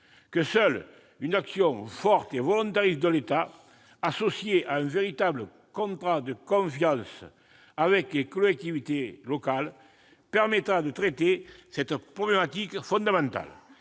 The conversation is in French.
que seule une action forte et volontariste de l'État associée à un véritable contrat de confiance avec les collectivités locales permettra de traiter cette problématique fondamentale.